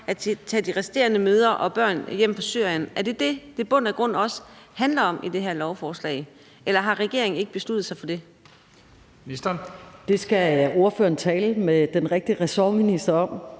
at tage de resterende mødre og børn hjem fra Syrien? Er det det, det i bund og grund også handler om i det her lovforslag, eller har regeringen ikke besluttet sig for det? Kl. 16:19 Første næstformand (Leif Lahn Jensen): Ministeren.